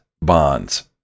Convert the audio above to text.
bonds